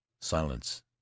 silence